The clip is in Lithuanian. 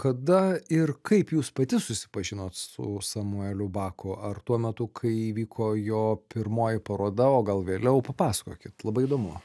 kada ir kaip jūs pati susipažinot su samueliu baku ar tuo metu kai įvyko jo pirmoji paroda o gal vėliau papasakokit labai įdomu